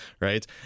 Right